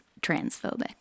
transphobic